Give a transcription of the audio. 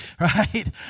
right